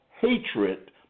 hatred